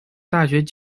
大学